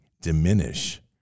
diminish